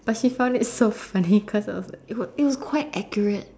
but she found it so funny cause of it was quite accurate